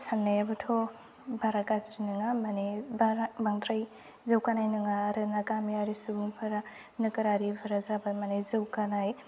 साननायाबोथ' बारा गाज्रि नङा माने बारा बांद्राय जौगानाय नङा आरो ना गामियारि सुबुंफोरा नोगोरारिफोरा जाबाय माने जौगानाय